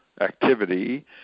activity